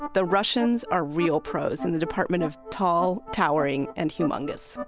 the russians are real pros in the department of tall, towering and humongous.